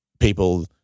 people